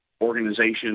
organization